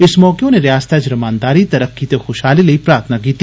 इस मौके उनें रयासतै च रमानदारी तरक्की ते खुशहाली लेई प्रार्थना कीती